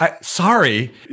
sorry